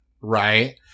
right